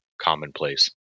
commonplace